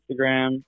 Instagram